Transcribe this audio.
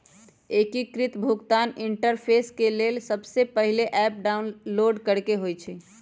एकीकृत भुगतान इंटरफेस के लेल सबसे पहिले ऐप डाउनलोड करेके होइ छइ